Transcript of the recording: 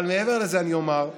אבל מעבר לזה, אני אומר,